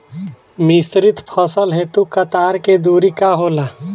मिश्रित फसल हेतु कतार के दूरी का होला?